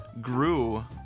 grew